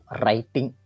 writing